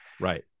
right